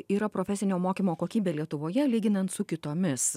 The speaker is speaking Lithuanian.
yra profesinio mokymo kokybė lietuvoje lyginant su kitomis